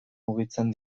mugitzen